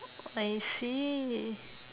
I see